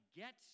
get